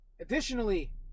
Additionally